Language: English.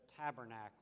tabernacle